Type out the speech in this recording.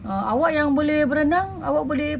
ah awak yang boleh berenang awak boleh